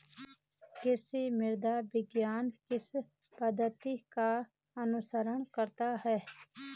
कृषि मृदा विज्ञान किस पद्धति का अनुसरण करता है?